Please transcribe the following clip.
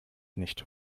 nicht